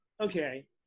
okay